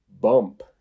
bump